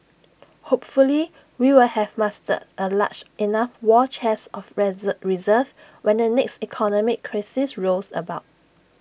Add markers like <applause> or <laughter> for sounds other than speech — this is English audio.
hopefully we will have mustered A large enough war chest of <unintelligible> reserves when the next economic crisis rolls about